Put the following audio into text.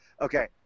Okay